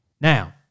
Now